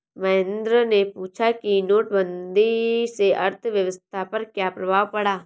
महेंद्र ने पूछा कि नोटबंदी से अर्थव्यवस्था पर क्या प्रभाव पड़ा